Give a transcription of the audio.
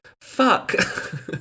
Fuck